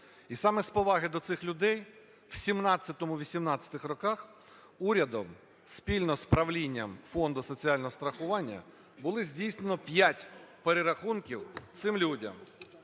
І саме з поваги до цих людей в 2017-2018 роках урядом спільно з правлінням Фонду соціального страхування було здійснено п'ять перерахунків цим людям.